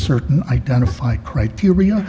certain identify criteria